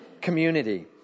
community